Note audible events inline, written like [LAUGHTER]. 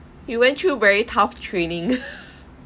you went through very tough training [LAUGHS]